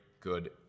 good